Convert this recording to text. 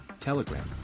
Telegram